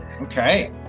Okay